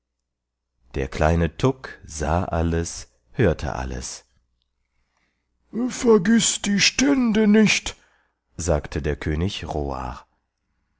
der kleine tuk sah alles hörte alles vergiß die stände nicht sagte der könig